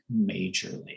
majorly